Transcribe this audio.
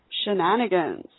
shenanigans